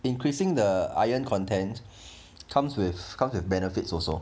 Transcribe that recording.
increasing the iron content comes with comes with benefits also